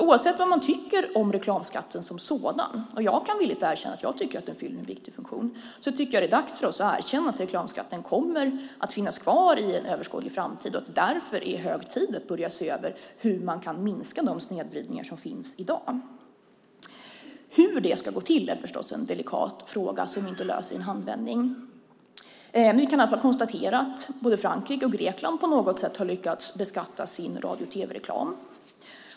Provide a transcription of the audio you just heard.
Oavsett vad man tycker om reklamskatten som sådan - jag kan villigt erkänna att jag tycker att den fyller en viktig funktion - är det dags för oss att erkänna att reklamskatten under överskådlig framtid kommer att finnas kvar och att det därför är hög tid att börja se över hur man kan minska de snedvridningar som i dag finns. Hur det ska gå till är förstås en delikat fråga som vi inte löser i en handvändning. Vi kan i alla fall konstatera att både Frankrike och Grekland på något sätt har lyckas beskatta sin radio och tv-reklam.